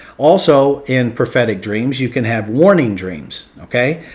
also in prophetic dreams you can have warning dreams, okay?